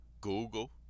Google